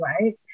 right